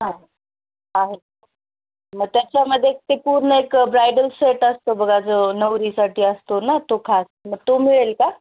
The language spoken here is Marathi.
हां आहेत मं त्याच्यामध्ये एक ते पूर्ण एक ब्रायडल सेट असतो बघा जो नवरीसाठी असतो ना तो खास म तो मिळेल का